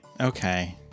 Okay